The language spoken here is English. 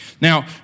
Now